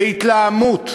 בהתלהמות,